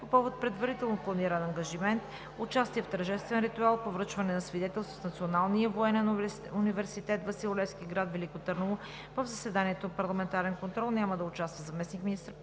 По повод предварително планиран ангажимент – участие в тържествен ритуал по връчване на свидетелства в Националния военен университет „Васил Левски“ – град Велико Търново, в заседанието за парламентарен контрол няма да участва заместник